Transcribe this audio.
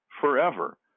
forever